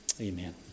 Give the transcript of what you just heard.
Amen